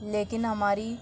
لیکن ہماری